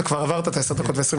עברת את הזמן הזה.